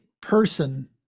person